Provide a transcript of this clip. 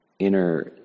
inner